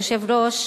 היושב-ראש,